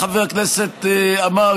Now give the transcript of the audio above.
חבר הכנסת עמאר,